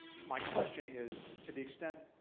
my question is to the extent,